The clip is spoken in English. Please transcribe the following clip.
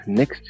next